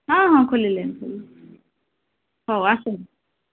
ହଁ ହଁ ଖୋଲିଲାଣି ଖୋଲିଲାଣି ହଉ ଆସନ୍ତୁ